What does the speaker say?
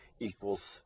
equals